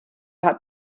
hat